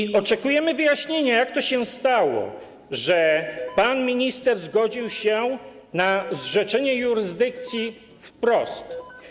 I oczekujemy wyjaśnienia, jak to się stało, że pan minister zgodził się na zrzeczenie jurysdykcji wprost.